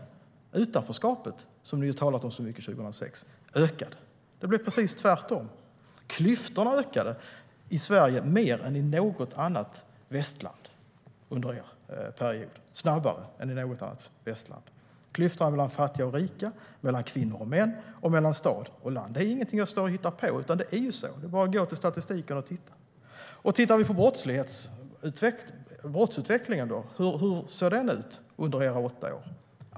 Utanförskapet, som ni ju talade så mycket om 2006, ökade. Det blev precis tvärtom: Klyftorna ökade i Sverige mer och snabbare än i något annat västland under er regeringsperiod. Det handlar om klyftorna mellan fattiga och rika, mellan kvinnor och män och mellan stad och land. Hur såg då brottsutvecklingen ut under era åtta år?